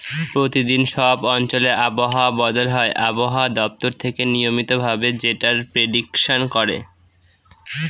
প্রতিদিন সব অঞ্চলে আবহাওয়া বদল হয় আবহাওয়া দপ্তর থেকে নিয়মিত ভাবে যেটার প্রেডিকশন করে